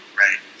right